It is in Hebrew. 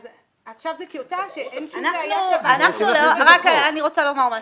עכשיו זאת טיוטה שאין שום בעיה --- אני רוצה לומר משהו,